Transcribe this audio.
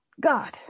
God